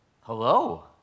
Hello